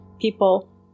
people